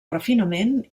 refinament